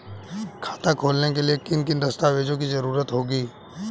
खाता खोलने के लिए किन किन दस्तावेजों की जरूरत होगी?